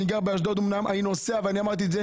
אני אמנם גר באשדוד אבל אני נוסע הביתה.